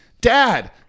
dad